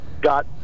got